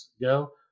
go